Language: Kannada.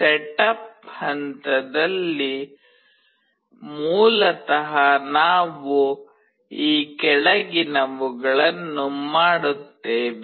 ಸೆಟಪ್ ಹಂತದಲ್ಲಿ ಮೂಲತಃ ನಾವು ಈ ಕೆಳಗಿನವುಗಳನ್ನು ಮಾಡುತ್ತೇವೆ